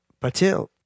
Patil